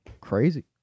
crazy